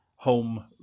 home